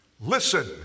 Listen